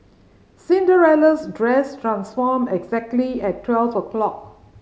Cinderella's dress transformed exactly at twelve o' clock